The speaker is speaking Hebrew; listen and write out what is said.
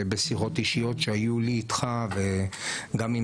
בשיחות אישיות שהיו לי איתך וגם עם